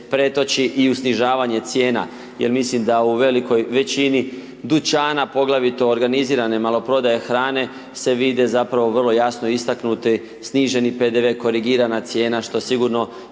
pretoči i u snižavanje cijena jel mislim da u velikoj većini dućana, poglavito organizirane maloprodaje hrane, se vide zapravo vrlo jasno istaknuti sniženi PDV, korigirana cijena, što sigurno